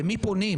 למי פונים.